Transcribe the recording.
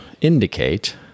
indicate